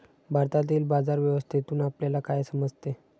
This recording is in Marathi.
भारतातील बाजार व्यवस्थेतून आपल्याला काय समजते?